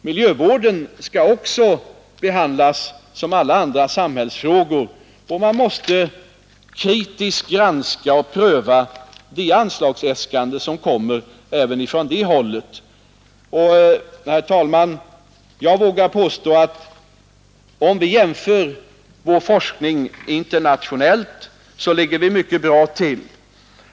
Miljövården skall behandlas som alla andra samhällsfrågor, och man måste kritiskt granska och pröva även de anslagsäskanden som kommer från det hållet. Herr talman! Jag vågar påstå att om vi jämför vår forskning internationellt, så ligger vi mycket bra till.